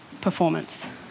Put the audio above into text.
performance